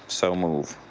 so move.